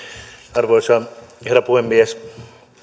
arvoisa herra puhemies